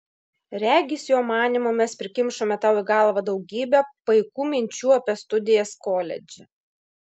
regis jo manymu mes prikimšome tau į galvą daugybę paikų minčių apie studijas koledže